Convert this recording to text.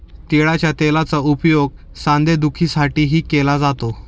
तिळाच्या तेलाचा उपयोग सांधेदुखीसाठीही केला जातो